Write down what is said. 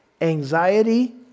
anxiety